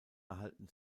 erhalten